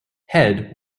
head